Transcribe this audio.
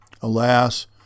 Alas